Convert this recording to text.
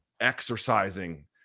exercising